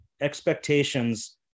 expectations